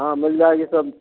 हाँ मिल जाएंगे सब